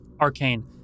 arcane